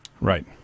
right